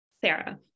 Sarah